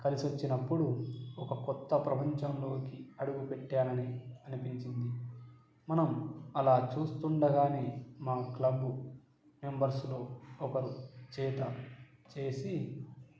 కలిసి వచ్చినప్పుడు ఒక కొత్త ప్రపంచంలోకి అడుగు పెట్టానని అనిపించింది మనం అలా చూస్తుండగానే మా క్లబ్బు మెంబర్స్లో ఒకరు చేత చేసి